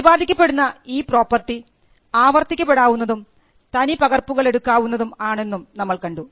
പ്രതിപാദിക്കപ്പെടുന്ന ഈ പ്രോപ്പർട്ടി ആവർത്തിക്കപ്പെടാവുന്നതും തനി പകർപ്പുകൾ എടുക്കാവുന്നതും ആണെന്നും നമ്മൾ കണ്ടു